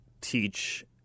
teach